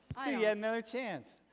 ah yeah another chance!